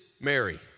Mary